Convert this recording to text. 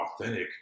authentic